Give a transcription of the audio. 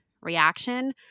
reaction